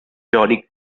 johnny